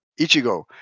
Ichigo